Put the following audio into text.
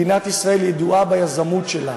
מדינת ישראל ידועה ביזמות שלה,